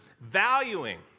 valuing